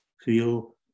feel